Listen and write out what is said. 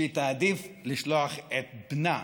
שהיא שתעדיף לשלוח את בנה